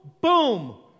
boom